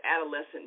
adolescent